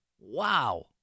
Wow